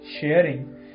sharing